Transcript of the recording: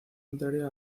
contraria